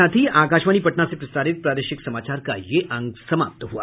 इसके साथ ही आकाशवाणी पटना से प्रसारित प्रादेशिक समाचार का ये अंक समाप्त हुआ